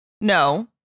No